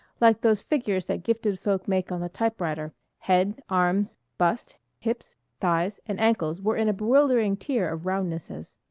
like those figures that gifted folk make on the typewriter head, arms, bust, hips, thighs, and ankles were in a bewildering tier of roundnesses.